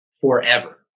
forever